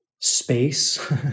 space